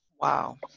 wow